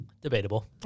Debatable